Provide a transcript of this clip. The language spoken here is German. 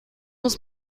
muss